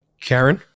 Karen